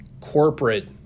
corporate